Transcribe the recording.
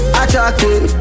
attracted